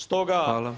Stoga